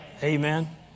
Amen